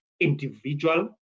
individual